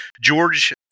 George